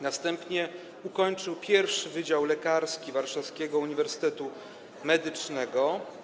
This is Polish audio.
Następnie ukończył I Wydział Lekarski Warszawskiego Uniwersytetu Medycznego.